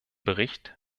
bericht